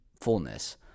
fullness